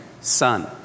son